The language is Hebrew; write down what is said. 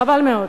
חבל מאוד.